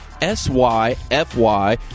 S-Y-F-Y